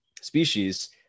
species